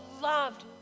loved